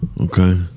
Okay